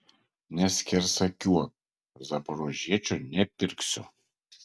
neskersakiuok zaporožiečio nepirksiu